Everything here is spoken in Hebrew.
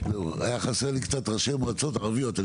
חסרים לי קצת ראשי מועצות ערביות,